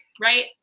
right